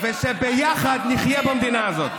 ושביחד נחיה במדינה הזאת.